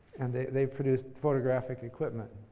and they they produced photographic equipment.